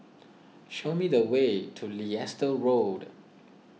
show me the way to Leicester Road